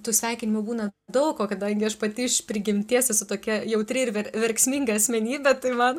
tų sveikinimų būna daug o kadangi aš pati iš prigimties esu tokia jautri ir verksminga asmenybė tai man